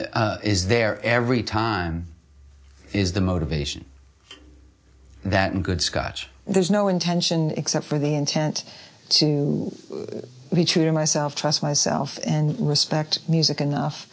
is there every time is the motivation that in good scotch there's no intention except for the intent to be true to myself trust myself and respect music enough